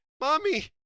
Mommy